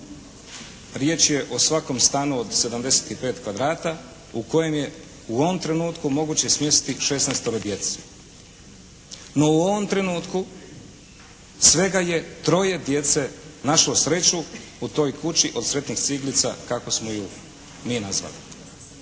Riječ je o svakom stanu od 75 kvadrata u kojem je u ovom trenutku moguće smjestiti šesnaestero djece. No, u ovom trenutku svega je troje djece našlo sreću u toj kući od sretnih ciglica kako smo ju mi nazvali.